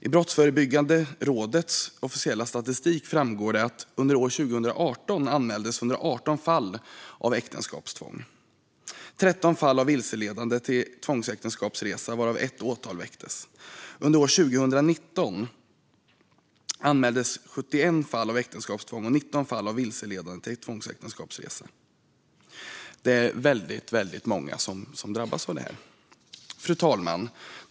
I Brottsförebyggande rådets officiella statistik framgår att det under 2018 anmäldes 118 fall av äktenskapstvång och 13 fall av vilseledande till tvångsäktenskapsresa, varav ett åtal väcktes. Under 2019 anmäldes 71 fall av äktenskapstvång och 19 fall av vilseledande till tvångsäktenskapsresa. Det är väldigt många som drabbas av det här. Fru talman!